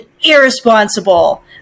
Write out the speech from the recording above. irresponsible